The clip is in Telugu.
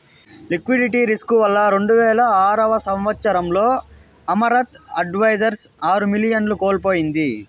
లిక్విడిటీ రిస్కు వల్ల రెండువేల ఆరవ సంవచ్చరంలో అమరత్ అడ్వైజర్స్ ఆరు మిలియన్లను కోల్పోయింది